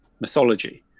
mythology